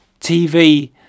TV